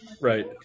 Right